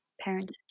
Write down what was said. parents